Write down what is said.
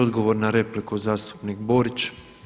Odgovor na repliku zastupnik Borić.